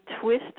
twist